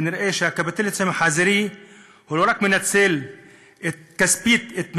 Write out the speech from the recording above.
כנראה שהקפיטליזם החזירי לא רק מנצל כספית את בני-האדם,